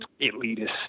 elitist